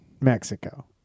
Mexico